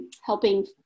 helping